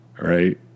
right